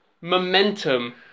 momentum